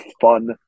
fun